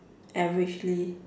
averagely